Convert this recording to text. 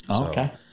Okay